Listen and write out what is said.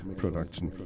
production